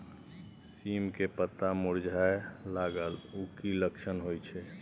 सीम के पत्ता मुरझाय लगल उ कि लक्षण होय छै?